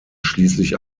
schließlich